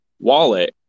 Wallet